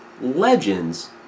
legends